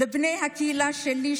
לבני הקהילה שלי,